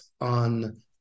on